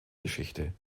geschichte